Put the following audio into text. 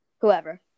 whoever